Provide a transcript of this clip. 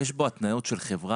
יש בו התניות של חברה,